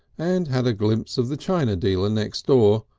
and had a glimpse of the china dealer next door,